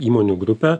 įmonių grupė